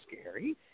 scary